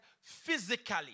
physically